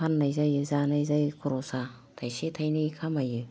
फाननाय जायो जानाय जायो खरसा थाइसे थाइनै खामायो